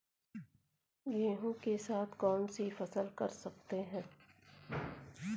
गेहूँ के साथ कौनसी फसल कर सकते हैं?